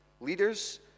Leaders